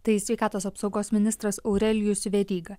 tai sveikatos apsaugos ministras aurelijus veryga